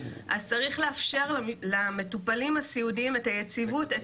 אז צריך לאפשר למטופלים הסיעודיים את היציבות.